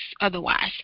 otherwise